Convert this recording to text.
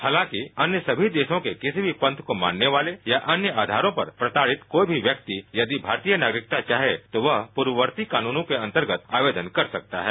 हालांकि अन्य सभी देशों के किसी भी पंथ को मानने वाले या अन्य आधारों पर प्रताड़ित कोई भी व्यक्ति यदि भारतीय नागरिकता चाहे तो वह पूर्ववर्ती कानूनों के अंतर्गत आवेदन कर सकता है